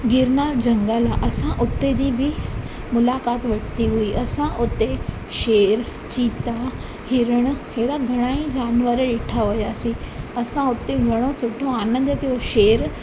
गिरनार जंगल आहे असां उते जी बि मुलाक़ात वरिती हुई असां उते शेर चीता हिरण अहिड़ा घणा ई जानवर ॾिठा हुआसीं असां उते घणो सुठो आनंद कयो शेर